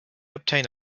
obtain